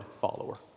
follower